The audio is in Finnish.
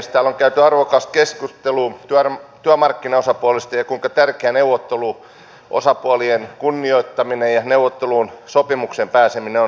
täällä on käyty arvokasta keskustelua työmarkkinaosapuolista ja siitä kuinka tärkeää neuvotteluosapuolien kunnioittaminen ja neuvotteluissa sopimukseen pääseminen on